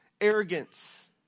arrogance